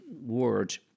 word